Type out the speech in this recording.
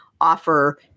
offer